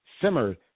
simmer